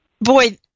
Boy